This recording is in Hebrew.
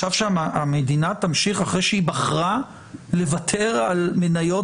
עכשיו שהמדינה תמשיך אחרי שהיא בחרה לוותר על מניות